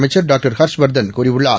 அமைச்சர் டாக்டர் ஹர்ஷ்வர்தன் கூறியுள்ளார்